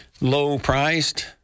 low-priced